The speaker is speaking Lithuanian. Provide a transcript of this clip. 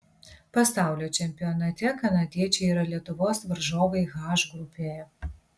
pasaulio čempionate kanadiečiai yra lietuvos varžovai h grupėje